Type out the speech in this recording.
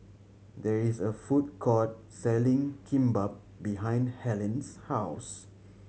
there is a food court selling Kimbap behind Helene's house